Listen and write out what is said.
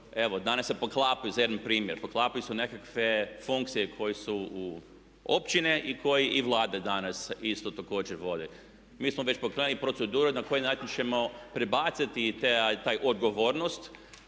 danas se poklapaju, primjer, poklapaju se nekakve funkcije koje su u općine i koje i Vlada danas isto također vode. Mi smo već pokrenuli proceduru na koji način ćemo prebaciti taj odgovornost